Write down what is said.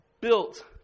built